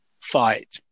fight